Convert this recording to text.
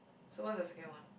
so what's the second one